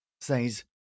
says